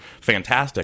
fantastic